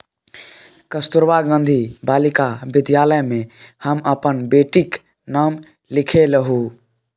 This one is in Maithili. कस्तूरबा गांधी बालिका विद्यालय मे हम अपन बेटीक नाम लिखेलहुँ